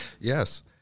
Yes